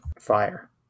fire